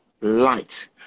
light